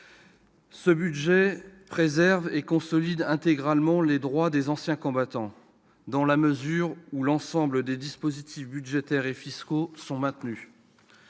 Ce budget préserve et consolide intégralement les droits des anciens combattants, dans la mesure où l'ensemble des dispositifs budgétaires et fiscaux est maintenu.